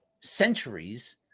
centuries